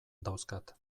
dauzkat